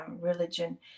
religion